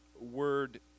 word